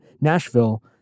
Nashville